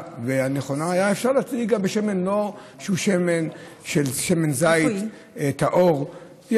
ונכונה להדליק בשמן שהוא לא שמן זית טהור,